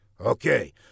Okay